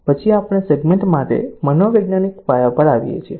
પછી આપણે સેગ્મેન્ટ માટે મનોવૈજ્ઞાનિક પાયા પર આવીએ છીએ